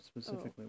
specifically